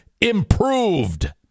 improved